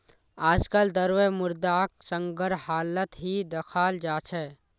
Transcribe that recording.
आजकल द्रव्य मुद्राक संग्रहालत ही दखाल जा छे